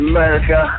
America